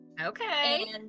Okay